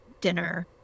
dinner